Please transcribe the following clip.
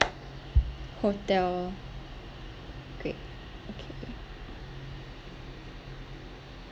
hotel okay okay